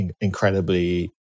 incredibly